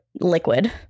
liquid